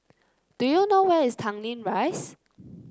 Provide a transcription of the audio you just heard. do you know where is Tanglin Rise